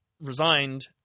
resigned